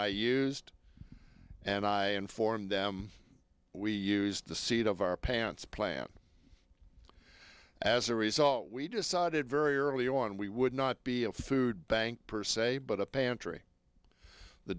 i used and i informed them we used the seat of our pants plan as a result we decided very early on we would not be a food bank per se but a pantry the